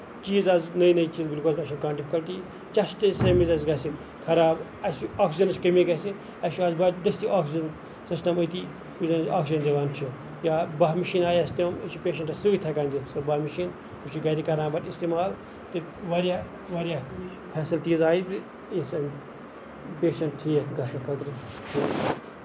چیٖز حظ میلے گٔلکوز نہ حظ چھُنہٕ کانہہ ڈِفکَلٹی چیسٹ تَمہِ وِزِ حظ گژھِ خراب اَسہِ اوٚکسیٖجنٕچ کٔمی گژھِ اَسہِ چھُ اَتھ دٔستی آکسجن سِسٹم أتی یُس اَسہِ آکسیٖجن دِوان چھُ یا بہہ مِشیٖنہٕ آیہِ اَسہِ تِم یہِ چھُ پیشنٹَس سۭتۍ ہٮ۪کان دِتھ سُہ بہہ مشیٖن سُہ چھُ گرِ کران پَتہٕ اِستعمال تہٕ واریاہ واریاہ فیسلٹیٖز آیہِ یہِ سا پیشنٹہٕ ٹھیٖک گژھنہٕ خٲطرٕ